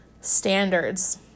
standards